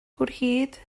gwrhyd